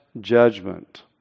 judgment